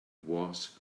was